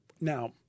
Now